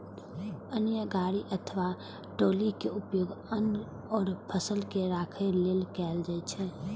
अन्न गाड़ी अथवा ट्रॉली के उपयोग अन्न आ फसल के राखै लेल कैल जाइ छै